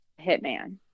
hitman